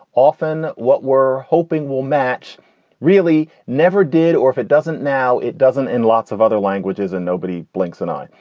often what we're hoping will match really never did. or if it doesn't now it doesn't in lots of other languages and nobody blinks an eye.